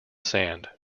sand